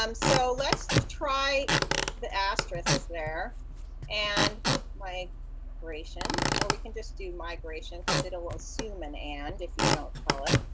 um so let's try the asterisk there and migration. or we can just do migration because it will assume an and if you don't tell it.